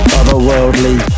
otherworldly